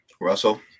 Russell